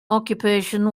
occupation